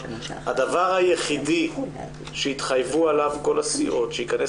הדבר היחיד שהתחייבו עליו כל הסיעות שייכנס